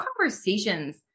conversations